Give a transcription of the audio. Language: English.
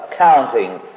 accounting